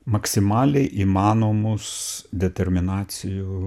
maksimaliai įmanomus determinacijų